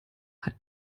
hat